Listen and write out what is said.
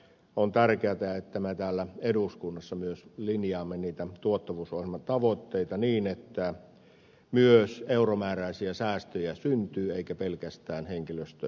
on tärkeätä että me täällä eduskunnassa myös linjaamme niitä tuottavuusohjelman tavoitteita niin että myös euromääräisiä säästöjä syntyy eikä pelkästään henkilöstövähennyksiä